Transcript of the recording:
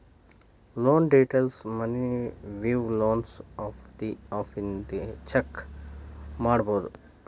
loan ಡೇಟೈಲ್ಸ್ನ Money View loans app ಇಂದ check ಮಾಡ್ಕೊಬೋದು